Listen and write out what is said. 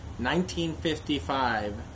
1955